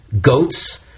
goats